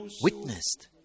witnessed